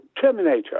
Terminator